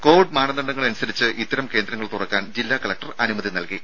Covid മാനദണ്ധങ്ങൾ അനുസരിച്ച് ഇത്തരം കേന്ദ്രങ്ങൾ തുറക്കാൻ ജില്ലാ കലക്ടർ അനുമതി നൽകി